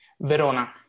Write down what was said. Verona